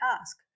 ask